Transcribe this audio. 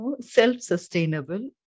self-sustainable